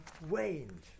waned